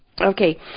Okay